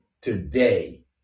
today